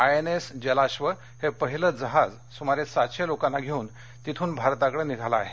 INS Jalashwa हे पहिलं जहाज सुमारे सातशे लोकांना घेऊन तिथून भारताकडे निघालं आहे